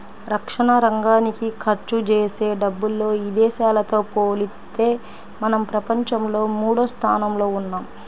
రక్షణరంగానికి ఖర్చుజేసే డబ్బుల్లో ఇదేశాలతో పోలిత్తే మనం ప్రపంచంలో మూడోస్థానంలో ఉన్నాం